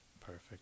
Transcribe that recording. Perfect